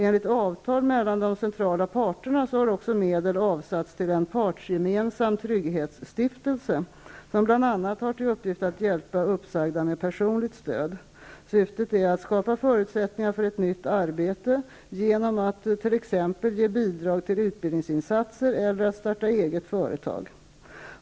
Enligt avtal mellan de centrala parterna har också medel avsatts till en partsgemensam trygghetsstiftelse som bl.a. har till uppgift att hjälpa uppsagda med personligt stöd. Syftet är att skapa förutsättningar för ett nytt arbete genom att t.ex. ge bidrag till utbildningsinsatser eller att starta eget företag.